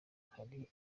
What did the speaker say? hari